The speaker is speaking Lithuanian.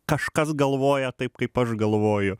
kažkas galvoja taip kaip aš galvoju